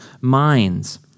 minds